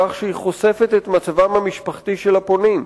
בכך שהיא חושפת את מצבם המשפחתי של הפונים.